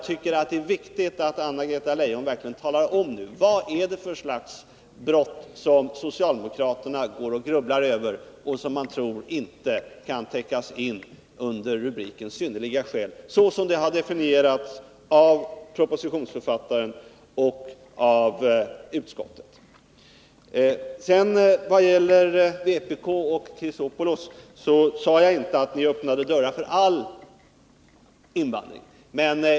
Det är viktigt att Anna-Greta Leijon talar om vad det är för slags brott socialdemokraterna går och grubblar över, brott som de tror inte kan täckas av begreppet ”synnerliga skäl”, såsom detta begrepp har definierats av propositionsförfattaren och av utskottet. Vad sedan gäller vpk och Alexander Chrisopoulos sade jag inte att ni öppnade dörrarna för all invandring.